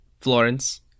Florence